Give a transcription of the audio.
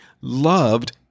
loved